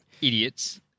Idiots